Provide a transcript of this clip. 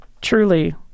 Truly